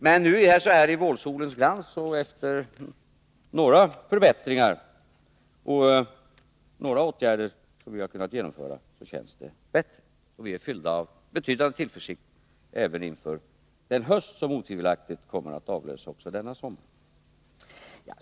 Men så här i vårsolens glans och efter några förbättringar och några åtgärder som vi har kunnat genomföra känns det bättre. Vi är fyllda av betydande tillförsikt även inför den höst som otvivelaktigt kommer att avlösa också denna sommar.